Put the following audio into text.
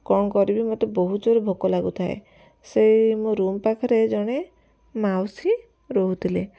କ'ଣ କରିବି ମତେ ବହୁତ ଜୋରେ ଭୋକ ଲାଗୁଥାଏ ସେଇ ମୋ ରୁମ ପାଖରେ ଜଣେ ମାଉସୀ ରହୁଥିଲେ